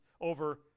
over